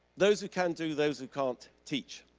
those who can, do. those who can't, teach,